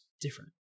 different